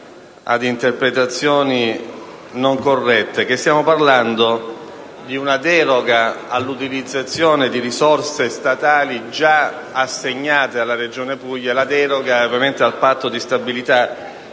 ad interpretazioni non corrette, che stiamo parlando di una deroga all'utilizzazione di risorse statali già assegnate alla Regione Puglia; si tratta ovviamente di una deroga al patto di stabilità